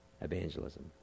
evangelism